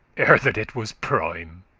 ere that it was prime.